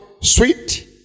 sweet